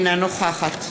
אינה נוכחת